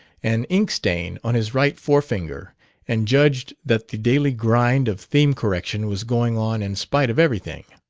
an inkstain on his right forefinger and judged that the daily grind of theme-correction was going on in spite of everything.